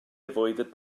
avoided